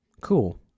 Cool